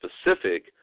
specific